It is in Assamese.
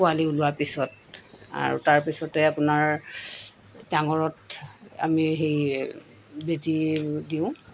পোৱালি ওলোৱাৰ পিছত আৰু তাৰপিছতে আপোনাৰ ডাঙৰত আমি সেই বেজী দিওঁ